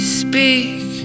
speak